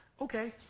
Okay